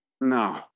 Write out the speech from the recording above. No